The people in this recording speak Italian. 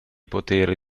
potere